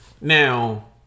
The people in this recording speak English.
Now